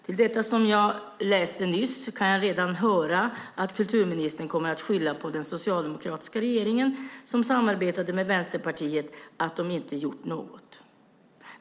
Till svar på det som jag läste nyss kan jag redan höra att kulturministern kommer att skylla på den socialdemokratiska regeringen som samarbetade med Vänsterpartiet och säga att de inte har gjort något.